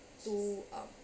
to uh